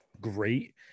great